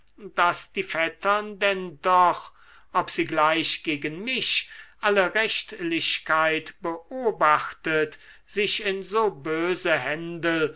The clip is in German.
daß die vettern denn doch ob sie gleich gegen mich alle rechtlichkeit beobachtet sich in so böse händel